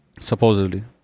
Supposedly